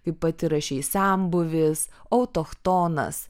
kaip pati rašei senbuvis autochtonas